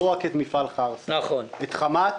לא רק את מפעל חרסה: את חמת,